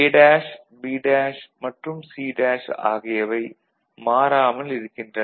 A' B' மற்றும் C' ஆகியவை மாறாமல் இருக்கின்றன